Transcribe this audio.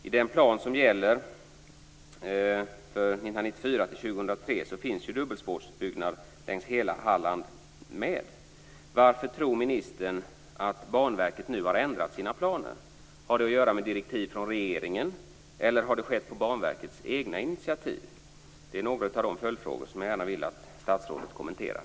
I den plan som gäller för 1994-2003 finns ju dubbelspårsutbyggnad längs hela Halland med. Varför tror ministern att Banverket nu har ändrat sina planer? Har det att göra med direktiv från regeringen eller har det skett på Banverkets eget initiativ? Det är några av de följdfrågor som jag gärna vill att statsrådet kommenterar.